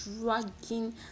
dragging